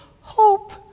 hope